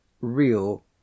real